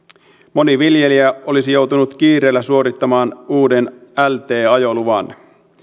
moni viljelijä olisi joutunut kiireellä suorittamaan uuden lt ajoluvan